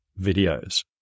videos